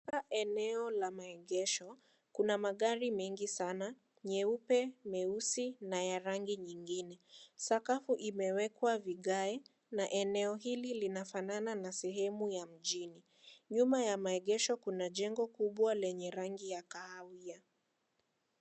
Katika eneo la maegesho kuna magari mengi sana nyeupe nyeusi na ya rangi nyingine, sakafu imewekwa vigai, na eneo hili linafanana na sehemu ya mjini nyuma ya maegesho kuna jengo kubwa lenye rangi ya kahawia.